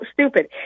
stupid